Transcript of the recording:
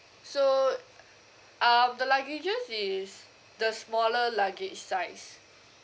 so um the luggages is the smaller luggage size